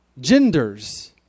genders